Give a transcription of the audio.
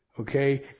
Okay